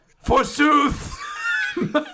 forsooth